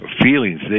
feelings